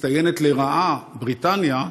מצטיינת לרעה בריטניה,